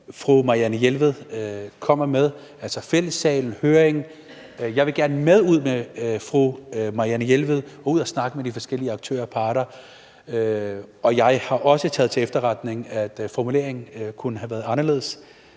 ja tak til en høring i Fællessalen, og jeg vil gerne med ud sammen med fru Marianne Jelved og snakke med de forskellige aktører og parter, og jeg har også taget til efterretning, at formuleringen kunne have være anderledes.